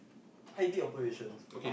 !huh! you did operations